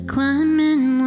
Climbing